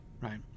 right